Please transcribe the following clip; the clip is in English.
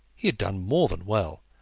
he had done more than well,